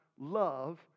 love